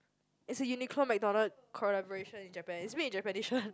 there's a Uniqlo McDonalds collaboration in Japan it's made in Japanese one